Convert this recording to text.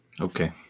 Okay